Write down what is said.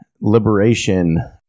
liberation